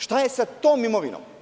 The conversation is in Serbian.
Šta je sa tom imovinom?